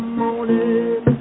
morning